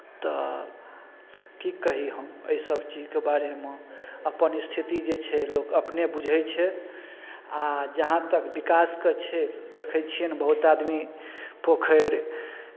तऽ की कही हम एहिसब चीजके बारेमे अपन स्थिति जे छै लोक अपने बूझैत छै आ जहाँ तक विकासके छै देखै छियनि बहुत आदमी पोखरि